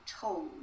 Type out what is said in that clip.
told